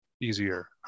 easier